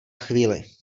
chvíli